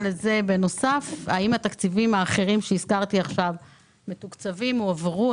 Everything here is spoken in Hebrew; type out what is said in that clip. האם תקציבים אחרים שהזכרתי עכשיו מתוקצבים והועברו?